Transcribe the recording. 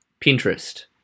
Pinterest